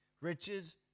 riches